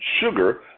sugar